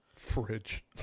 fridge